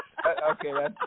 Okay